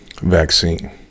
vaccine